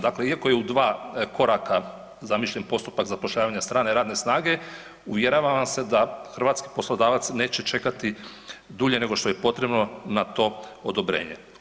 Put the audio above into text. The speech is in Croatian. Dakle, iako je u dva koraka zamišljen postupak zapošljavanja strane radne snage uvjeravam vas da hrvatski poslodavac neće čekati dulje nego što je potrebno na to odobrenje.